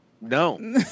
No